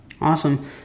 Awesome